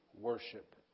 worship